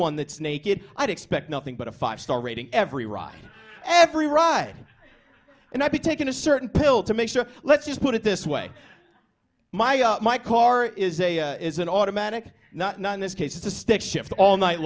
one that's naked i'd expect nothing but a five star rating every ride every ride and i'll be taking a certain pill to make sure let's just put it this way my my car is a is an automatic not not in this case a stick shift all night